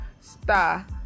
star